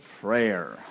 prayer